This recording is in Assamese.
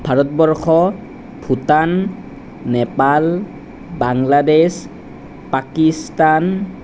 ভাৰতবৰ্ষ ভূটান নেপাল বাংলাদেশ পাকিস্তান